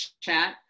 chat